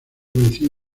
vencido